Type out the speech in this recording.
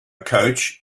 coach